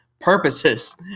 purposes